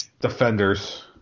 Defenders